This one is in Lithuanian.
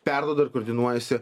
perduoda ir koordinuojasi